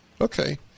Okay